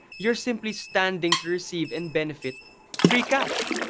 you're simply standing to receive and benefit free cash.